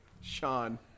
Sean